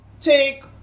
take